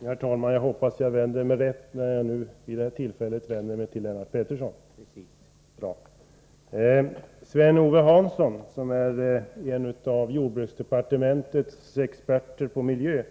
Herr talman! Jag hoppas att jag vänder mig rätt när jag vid detta tillfälle vänder mig till Lennart Pettersson. Sven-Ove Hansson, som är en av jordbruksdepartementets experter på miljö,